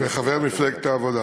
וחבר מפלגת העבודה.